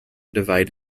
divide